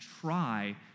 try